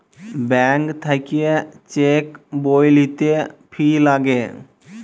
bank থাক্যে cheque বই লিতে ফি লাগে